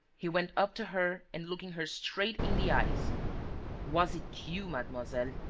he went up to her and, looking her straight in the eyes was it you, mademoiselle?